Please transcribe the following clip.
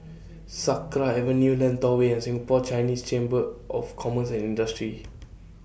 Sakra Avenue Lentor Way and Singapore Chinese Chamber of Commerce and Industry